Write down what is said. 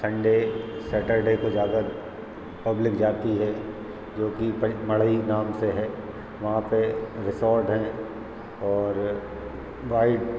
Sunday Saturday को ज़्यादा public जाती है जोकि मढ़ई नाम से है वहाँ पे रिसॉर्ट हैं और वाइड